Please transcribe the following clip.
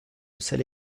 celle